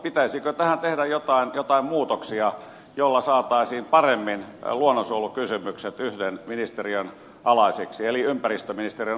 pitäisikö tähän tehdä jotain muutoksia jotta saataisiin paremmin luonnonsuojelukysymykset yhden ministeriön alaiseksi eli ympäristöministeriön alaiseksi